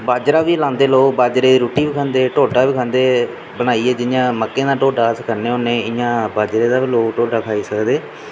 बाजरा बी लांदे लोक बाजरे दी रुट्टी बी खंदे ढोड्डा बी खंदे बनाइयै जि'यां मक्कें दा ढोड्डा अस खन्ने होन्ने इ'यां बाजरे दा बी लोक ढोड्डा खाई सकदे